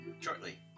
shortly